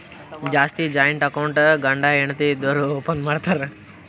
ಜಾಸ್ತಿ joint account ಗಂಡ ಹೆಂಡತಿ ಇದ್ದೋರು ಓಪನ್ ಮಾಡ್ತಾರ್